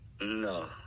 No